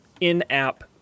in-app